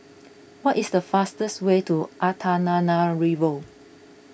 what is the fastest way to Antananarivo